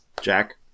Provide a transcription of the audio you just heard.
Jack